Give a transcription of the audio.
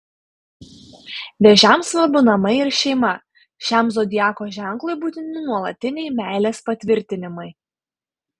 vėžiams svarbu namai ir šeima šiam zodiako ženklui būtini nuolatiniai meilės patvirtinimai